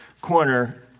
corner